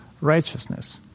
righteousness